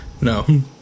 No